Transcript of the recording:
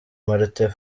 martin